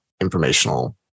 informational